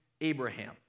Abraham